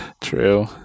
True